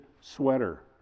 sweater